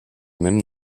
même